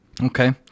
Okay